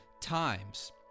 times